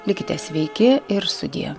likite sveiki ir sudie